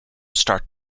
start